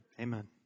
Amen